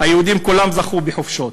היהודים כולם זכו בחופשות.